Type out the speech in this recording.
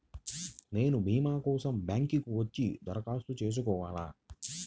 నేను భీమా కోసం బ్యాంక్కి వచ్చి దరఖాస్తు చేసుకోవాలా?